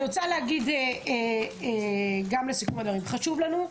אני רוצה להגיד שחשוב לנו,